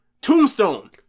tombstone